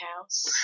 house